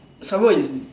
somemore is